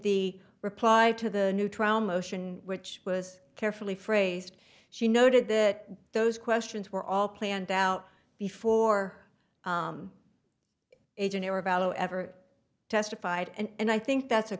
the reply to the new trial motion which was carefully phrased she noted that those questions were all planned out before agent who were about to ever testified and i think that's a